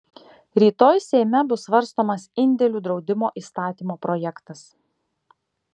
rytoj seime bus svarstomas indėlių draudimo įstatymo projektas